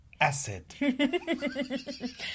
Acid